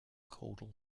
caudal